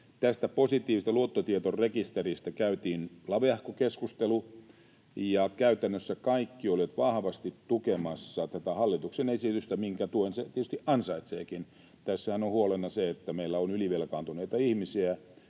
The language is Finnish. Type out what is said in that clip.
tästä positiivisesta luottotietorekisteristä käytiin laveahko keskustelu, ja käytännössä kaikki olivat vahvasti tukemassa tätä hallituksen esitystä, minkä tuen se tietysti ansaitseekin. Tässähän on huolena se, että meillä on ylivelkaantuneita ihmisiä